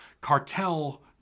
cartel